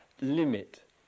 limit